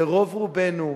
ורוב רובנו,